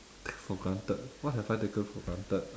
take for granted what have I taken for granted